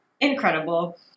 incredible